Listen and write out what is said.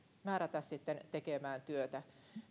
määrätä tekemään työtä